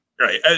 Right